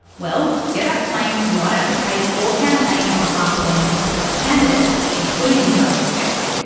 well, getup claims to not advocate or campaign on behalf of any particular candidate including zali steggall.